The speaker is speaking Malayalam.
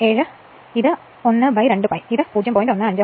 7 ഇത് 1 2 π ഇത് 0